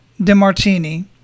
Demartini